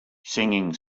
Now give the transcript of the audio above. singing